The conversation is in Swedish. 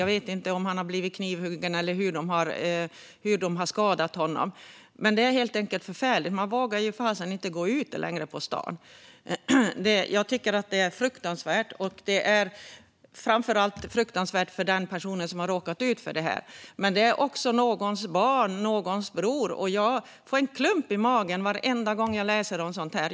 Jag vet inte om han har blivit knivhuggen eller hur de har skadat honom, men det är helt enkelt förfärligt. Man vågar ju inte gå ut på stan längre. Jag tycker att det är fruktansvärt, och det är framför allt fruktansvärt för personen som har råkat ut för det här. Men det är också någons barn och någons bror. Jag får en klump i magen varenda gång jag läser om sådant här.